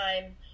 time